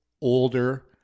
older